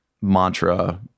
mantra